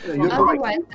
Otherwise